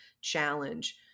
challenge